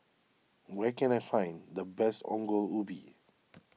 where can I find the best Ongol Ubi